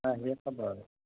আহিয়ে খাবা আৰু